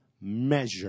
measure